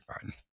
fine